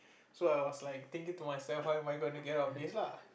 so I was like thinking to myself how I am going to get out of this lah